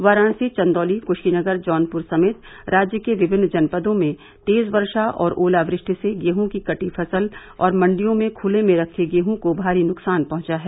वाराणसी चंदौली कशीनगर जौनपुर समेत राज्य के विमिन जनपरों में तेज वर्षा और ओलावृष्टि से गेह की कटी फसल और मंडियों में खुले में रखे गेह ं को भारी नुकसान पहंचा है